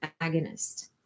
agonist